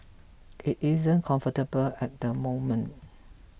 it isn't comfortable at the moment